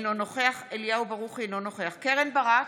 אינו נוכח אליהו ברוכי, אינו נוכח קרן ברק,